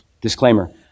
Disclaimer